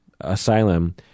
Asylum